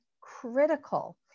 critical